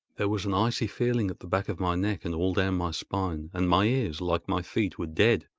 there was an icy feeling at the back of my neck and all down my spine, and my ears, like my feet, were dead,